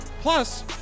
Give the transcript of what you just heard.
Plus